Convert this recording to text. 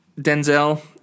Denzel